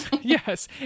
yes